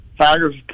Tigers